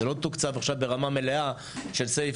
זה לא תוקצב עכשיו ברמה מלאה של safe